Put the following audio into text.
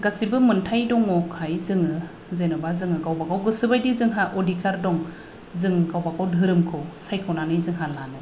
गासैबो मोन्थाय दङखाय जोङो जेन'बा जोङो गावबा गाव गोसोबायदि जोंहा अधिकार दं जों गावबा गाव धोरोमखौ जों सायख'नानै लानो